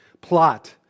plot